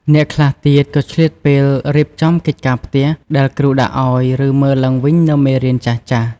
អ្នកខ្លះទៀតក៏ឆ្លៀតពេល រៀបចំកិច្ចការផ្ទះ ដែលគ្រូដាក់ឱ្យ ឬ មើលឡើងវិញនូវមេរៀនចាស់ៗ។